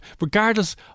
regardless